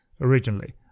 Originally